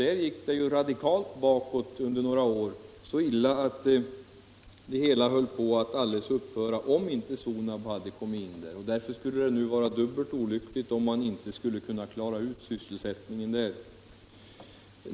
Då gick det ju bakåt under några år på ett sådant sätt att företaget höll på att upphöra när Sonab kom in och tog över. Därför skulle det vara dubbelt olyckligt om man inte skulle klara sysselsättningen.